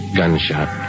gunshot